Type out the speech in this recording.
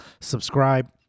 Subscribe